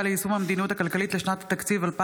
ליישום המדיניות הכלכלית לשנת התקציב 2025),